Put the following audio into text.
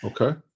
okay